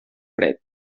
fred